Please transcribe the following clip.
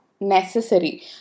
necessary